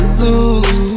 lose